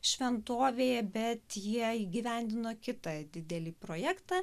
šventovėje bet jie įgyvendino kitą didelį projektą